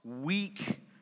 weak